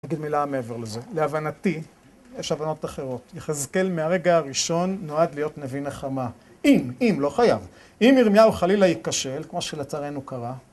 אני אגיד מילה מעבר לזה, להבנתי, יש הבנות אחרות יחזקל מהרגע הראשון נועד להיות נביא נחמה אם, אם, לא חייב אם ירמיהו חלילה יכשל, כמו שלצערנו קרה